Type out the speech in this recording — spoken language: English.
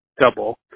double